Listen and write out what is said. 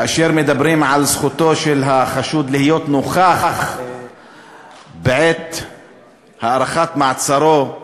מדברים על זכותו של החשוד להיות נוכח בעת הארכת מעצרו.